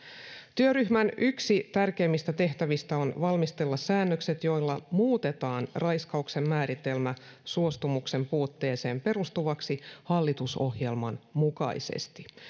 työryhmän yksi tärkeimmistä tehtävistä on valmistella säännökset joilla muutetaan raiskauksen määritelmä suostumuksen puutteeseen perustuvaksi hallitusohjelman mukaisesti